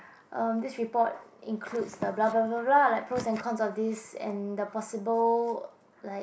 uh this report includes the bla bla bla bla like pros and cons of this and the possible like